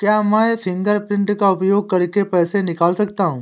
क्या मैं फ़िंगरप्रिंट का उपयोग करके पैसे निकाल सकता हूँ?